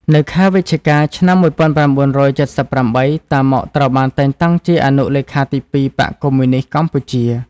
នៅខែវិច្ឆិកា ឆ្នាំ១៩៧៨ តាម៉ុក ត្រូវ បានតែងតាំងជាអនុលេខាទីពីរបក្សកុម្មុយនីស្ត កម្ពុជា ។